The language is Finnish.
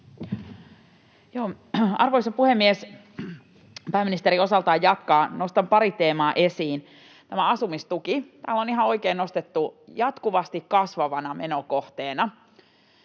Arvoisa puhemies! Pääministeri osaltaan jatkaa, nostan pari teemaa esiin. Tämä asumistuki on ihan oikein ostettu jatkuvasti kasvavana menokohteena